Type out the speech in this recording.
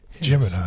Gemini